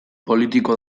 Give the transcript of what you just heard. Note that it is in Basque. politiko